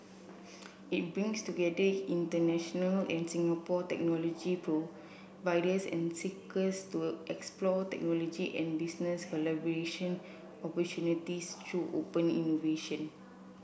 it brings together international and Singapore technology providers and seekers to explore technology and business collaboration opportunities through open innovation